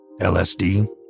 LSD